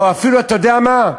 או אפילו אתה יודע מה?